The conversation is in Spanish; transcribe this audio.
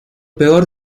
peor